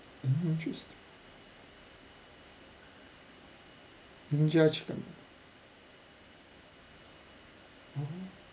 um interesting ninja chicken oh